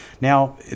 now